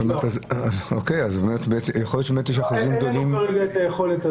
אז באמת יכול להיות שיש אחוזים גדולים -- אין לנו כרגע את היכולת,